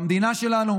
במדינה שלנו.